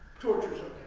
torture is